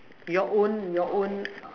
your own your own